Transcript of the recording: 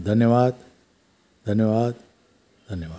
धन्यवादु धन्यवादु धन्यवादु